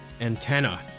antenna